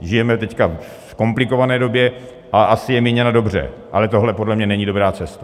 Žijeme teď v komplikované době a asi je to míněno dobře, ale tohle podle mě není dobrá cesta.